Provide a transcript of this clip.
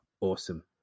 Awesome